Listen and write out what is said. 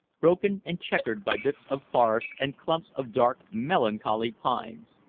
broken and checkered by bits of forest and clumps of dark melancholy pines.